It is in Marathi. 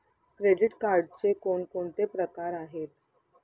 क्रेडिट कार्डचे कोणकोणते प्रकार आहेत?